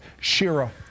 Shira